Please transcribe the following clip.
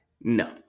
No